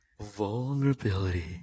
Vulnerability